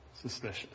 suspicious